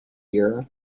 year